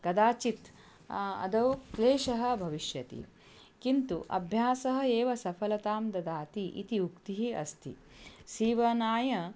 कदाचित् आदौ क्लेशः भविष्यति किन्तु अभ्यासः एव सफलतां ददाति इति उक्तिः अस्ति सीवनाय